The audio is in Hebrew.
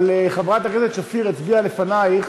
אבל חברת הכנסת שפיר הצביעה לפנייך.